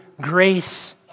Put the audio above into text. grace